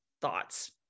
thoughts